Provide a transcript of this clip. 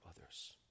others